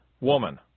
woman